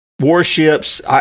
warships